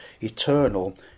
eternal